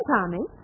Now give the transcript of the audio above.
Tommy